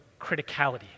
criticality